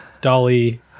Dolly